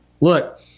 look